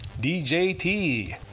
DJT